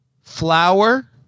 Flour